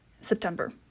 September